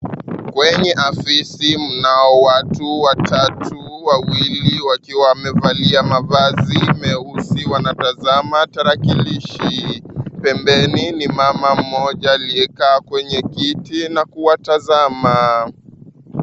Kwenye afisi mnao watu watatu, wawili wakiwa wamevalia mavazi meusi wanatazama tarakilishi. Pembeni ni mama mmoja aliyekaa kwenye kiti na kuwatazama.